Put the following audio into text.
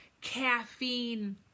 caffeine